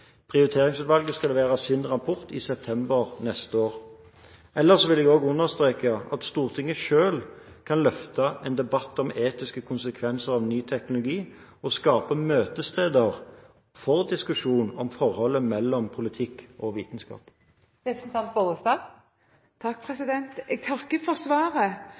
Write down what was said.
Prioriteringsutvalget skal levere sin rapport i september neste år. Ellers vil jeg også understreke at Stortinget selv kan løfte en debatt om etiske konsekvenser av ny teknologi, og skape møtesteder for diskusjon om forholdet mellom politikk og vitenskap. Jeg takker for svaret, men jeg